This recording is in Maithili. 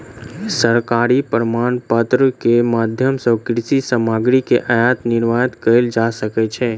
सरकारी प्रमाणपत्र के माध्यम सॅ कृषि सामग्री के आयात निर्यात कयल जा सकै छै